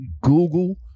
Google